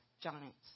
giants